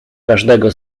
każdego